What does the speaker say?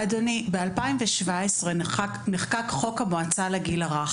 אדוני בשנת 2017 נחקק חוק המועצה לגיל הרך,